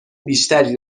بیشتری